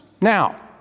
Now